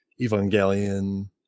Evangelion